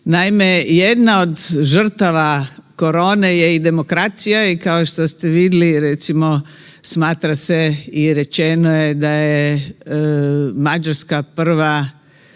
Naime, jedna od žrtava korone je i demokracija i kao što ste vidjeli recimo smatra se i rečeno da je Mađarska prva